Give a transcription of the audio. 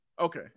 Okay